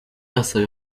arasaba